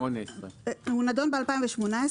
2018. הוא נדון ב-2018,